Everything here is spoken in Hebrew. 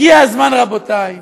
הגיע הזמן, רבותי,